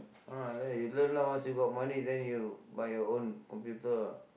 ah you learn lah once you got money then you buy your own computer ah